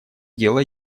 дело